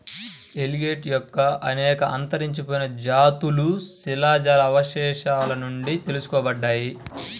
alligator యొక్క అనేక అంతరించిపోయిన జాతులు శిలాజ అవశేషాల నుండి తెలుసుకోబడ్డాయి